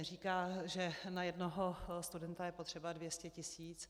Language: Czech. Říká, že na jednoho studenta je potřeba 200 tisíc.